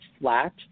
flat